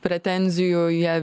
pretenzijų į ją